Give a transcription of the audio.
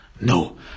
No